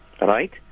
Right